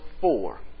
four